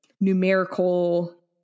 numerical